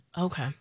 Okay